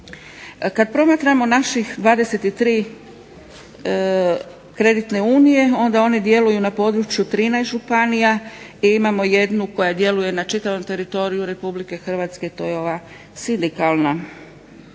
Kad promatramo naših 23 kreditne unije onda one djeluju na području 13 županija gdje imamo jednu koja djeluje na čitavom teritoriju Republike Hrvatske. To je ova Sindikalna kreditna